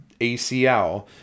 ACL